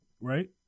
right